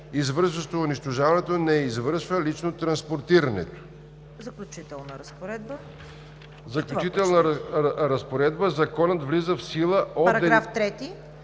извършващо унищожаването, не извършва лично транспортирането. Заключителна разпоредба § 3. Законът влиза в сила от деня на